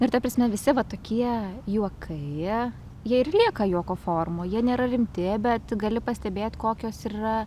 ir ta prasme visi va tokie juokai jie ir lieka juoko formoj jie nėra rimti bet gali pastebėt kokios yra